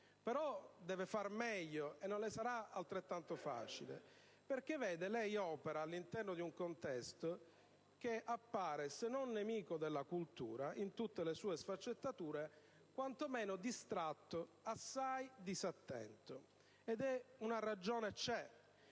però deve fare meglio e non le sarà altrettanto facile, perché, vede, lei opera all'interno di un contesto che appare, se non nemico della cultura, in tutte le sue sfaccettature, quantomeno distratto e assai disattento. E una ragione c'è.